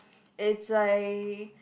is a